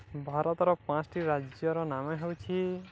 ଭାରତର ପାଞ୍ଚଟି ରାଜ୍ୟର ନାମ ହେଉଛି